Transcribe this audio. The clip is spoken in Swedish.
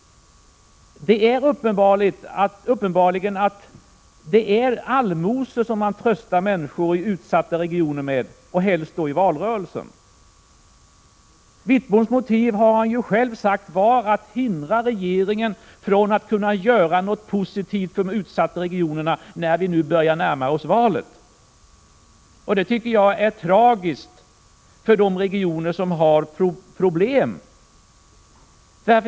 Uppenbart är att man vill trösta människor i utsatta regioner med allmosor, helst under valrörelsen. Bengt Wittboms motiv, det har han själv sagt, var att hindra regeringen från att göra något positivt för de utsatta regionerna när vi nu närmar oss valet. Det är tragiskt för de regioner som har problem.